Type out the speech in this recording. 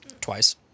twice